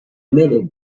omitted